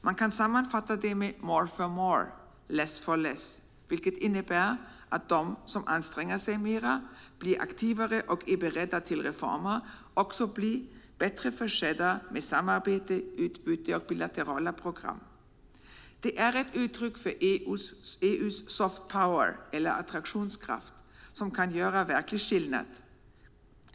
Man kan sammanfatta detta more for more - less for less , vilket innebär att de som anstränger sig mer, blir aktivare och är beredda till reformer också blir bättre försedda med samarbete, utbyte och bilaterala program. Detta är ett uttryck för EU:s soft power, eller attraktionskraft, som kan göra verklig skillnad.